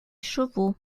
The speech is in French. chevaux